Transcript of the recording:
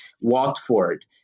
Watford